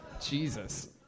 Jesus